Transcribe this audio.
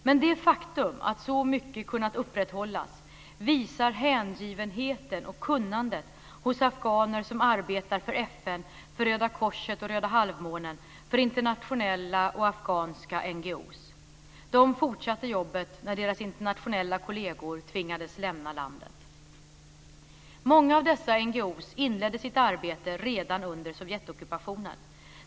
Men det faktum att så mycket har kunnat upprätthållas visar hängivenheten och kunnandet hos afghaner som arbetar för FN, för Röda Korset och Röda halvmånen, för internationella och afghanska NGO:er. De fortsatte jobbet när deras internationella kolleger tvingades lämna landet. Många av dessa NGO:er inledde sitt arbete redan under Sovjetockupationen.